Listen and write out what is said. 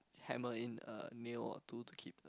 hammer in a nail or two to keep the